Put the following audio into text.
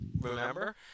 remember